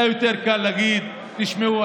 היה קל יותר להגיד: תשמעו,